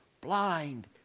blind